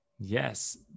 Yes